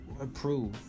approve